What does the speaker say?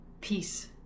peace